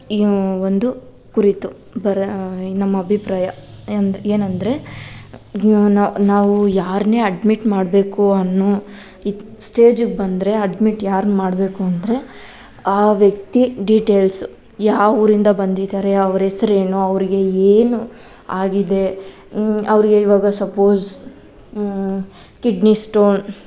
ಒಂದು ಕುರಿತು ಬರ ನಮ್ಮ ಅಭಿಪ್ರಾಯ ಎಂದು ಏನಂದರೆ ಈಗ ನಾವು ನಾವು ಯಾರನ್ನೇ ಅಡ್ಮಿಟ್ ಮಾಡಬೇಕು ಅನ್ನೊ ಸ್ಟೇಜ್ಗೆ ಬಂದರೆ ಅಡ್ಮಿಟ್ ಯಾರನ್ನ ಮಾಡಬೇಕು ಅಂದರೆ ಆ ವ್ಯಕ್ತಿ ಡೀಟೇಲ್ಸು ಯಾವ ಊರಿಂದ ಬಂದಿದ್ದಾರೆ ಅವರ ಹೆಸ್ರೇನು ಅವರಿಗೆ ಏನು ಆಗಿದೆ ಅವ್ರಿಗೆ ಇವಾಗ ಸಪೋಸ್ ಕಿಡ್ನಿ ಸ್ಟೋನ್